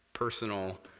personal